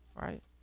Right